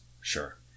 Sure